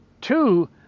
Two